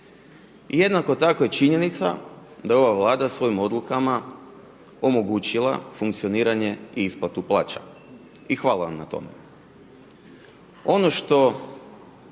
Jednako tako je činjenica da ova Vlada svojim odlukama omogućila funkcioniranje i isplatu plaća i hvala vam na tome.